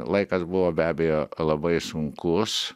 laikas buvo be abejo labai sunkus